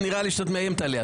לא, כי נראה לי שאת מאיימת עליה.